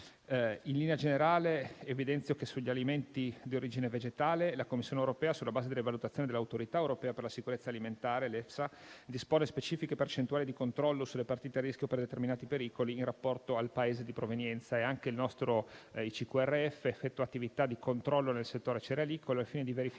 In linea generale, evidenzio che sugli alimenti di origine vegetale, la Commissione europea, sulla base delle valutazioni dell'Autorità europea per la sicurezza alimentare (EFSA), dispone specifiche percentuali di controllo sulle partite a rischio per determinati pericoli, in rapporto al Paese di provenienza. Anche il nostro Dipartimento dell'ispettorato centrale della tutela della qualità e della repressione